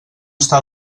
està